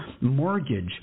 mortgage